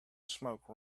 smoke